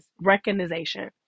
recognition